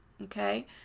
okay